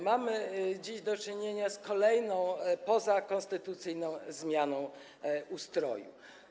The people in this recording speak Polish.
Mamy dziś do czynienia z kolejną pozakonstytucyjną zmianą ustroju.